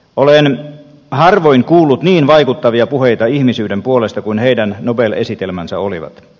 olen harvoin kuullut niin vaikuttavia puheita ihmisyyden puolesta kuin heidän nobel esitelmänsä olivat